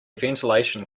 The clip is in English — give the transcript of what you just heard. ventilation